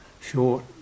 short